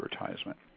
advertisement